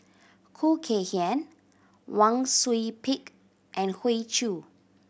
Khoo Kay Hian Wang Sui Pick and Hoey Choo